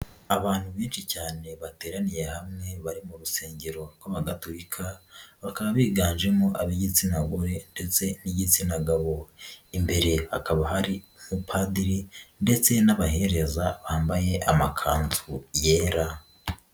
Abantu benshi cyane bateraniye hamwe bari mu rusengero rw'abagatulika, bakaba biganjemo ab'igitsina gore ndetse n'igitsina gabo. Imbere hakaba hari umupadiri ndetse n'abahereza bambaye amakanzu yera.